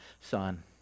son